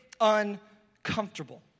uncomfortable